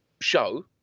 show